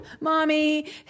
Mommy